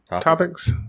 topics